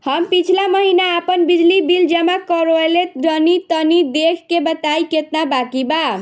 हम पिछला महीना आपन बिजली बिल जमा करवले रनि तनि देखऽ के बताईं केतना बाकि बा?